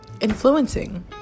influencing